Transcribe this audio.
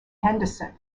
henderson